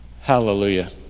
Hallelujah